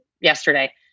yesterday